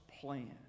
plan